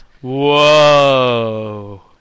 Whoa